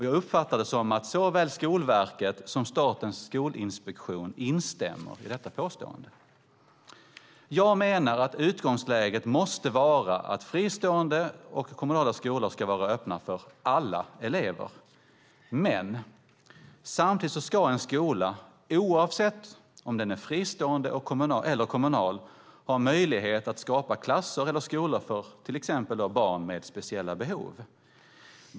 Jag uppfattar det som att såväl Skolverket som Statens skolinspektion instämmer i detta påstående. Jag menar att utgångsläget måste vara att fristående och kommunala skolor ska vara öppna för alla elever. Men samtidigt ska en skola, oavsett om den är fristående eller kommunal, ha möjlighet att skapa klasser eller skolor för till exempel barn med speciella behov.